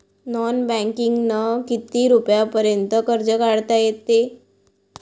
Non बँकिंगनं किती रुपयापर्यंत कर्ज काढता येते?